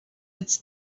its